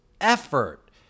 effort